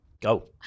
Go